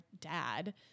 dad